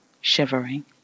shivering